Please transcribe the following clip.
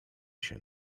się